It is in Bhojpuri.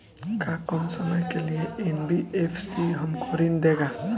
का कम समय के लिए एन.बी.एफ.सी हमको ऋण देगा?